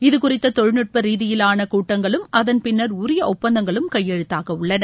இதுகுறித்த தொழில்நுட்ப ரீதியிலாள கூட்டங்களும் அதள் பின்னர் உரிய ஒப்பந்தங்களும் கையெழுத்தாக உள்ளன